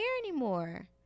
anymore